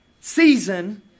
season